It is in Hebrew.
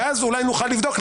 ואז אולי נוכל לבדוק,